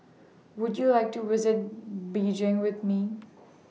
Would YOU like to visit Beijing with Me